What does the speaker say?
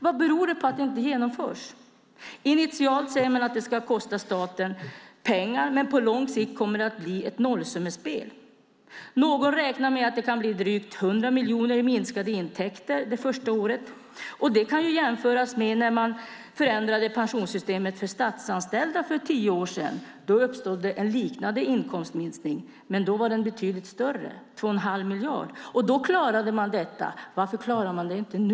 Vad beror det på att de inte genomförs? Initialt kommer det att kosta staten pengar, men på lång sikt kommer det att bli ett nollsummespel. Man räknar med att det kan bli drygt 100 miljoner i minskade intäkter det första året. Det kan jämföras med när pensionssystemet för statsanställda förändrades för tio år sedan och det uppstod en betydligt större inkomstminskning på ca 2 1⁄2 miljard, vilket man klarade. Varför klarar man det inte nu?